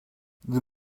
the